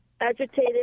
agitated